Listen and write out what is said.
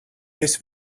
this